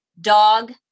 dog